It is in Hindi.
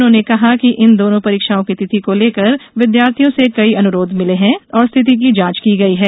उन्होंने कहा कि इन दोनों परीक्षाओं की तिथि को र्लेकर विद्यार्थियों से कई अनुरोध मिले हैं और स्थिति की जांच की गई है